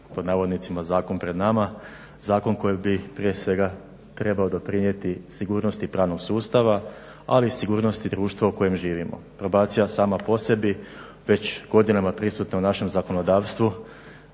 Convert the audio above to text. "pravnički" zakon pred nama, zakon koji bi prije svega trebao doprinijeti sigurnosti pravnog sustava, ali i sigurnosti društva u kojem živimo. Probacija je sama po sebi već godinama prisutna u našem zakonodavstvu.